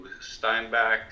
Steinbach